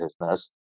business